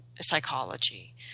psychology